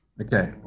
Okay